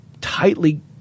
tightly